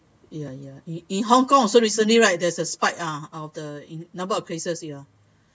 ya ya in Hong-Kong also recently right there's a spike uh of the number of cases you know